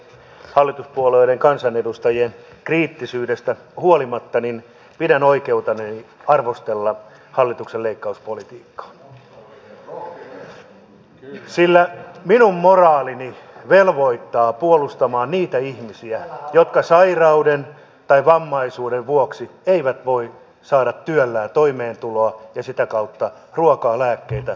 hallituspuolueiden kansanedustajien kriittisyydestä huolimatta pidän oikeutenani arvostella hallituksen leikkauspolitiikkaa sillä minun moraalini velvoittaa puolustamaan niitä ihmisiä jotka sairauden tai vammaisuuden vuoksi eivät voi saada työllään toimeentuloa ja sitä kautta ruokaa lääkkeitä asuntoa itselleen